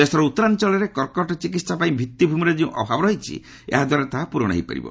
ଦେଶର ଉତ୍ତରାଞ୍ଚଳରେ କର୍କଟ ଚିକିତ୍ସା ପାଇଁ ଭିଭିଭ୍ ମିର ଯେଉଁ ଅଭାବ ରହିଛି ଏହାଦ୍ୱାରା ତାହା ପୂରଣ ହୋଇପାରିବ